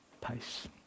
pace